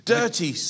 dirty